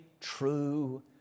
true